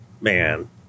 Man